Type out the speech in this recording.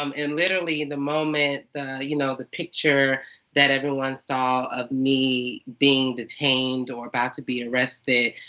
um and literally, the moment the you know the picture that everyone saw of me being detained, or about to be arrested,